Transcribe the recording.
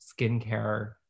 skincare